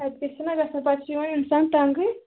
اَدٕ کیاہ چھِنہ گژھان پَتہٕ چھِ یِوان اِنسان تنٛگٕے